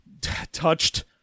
touched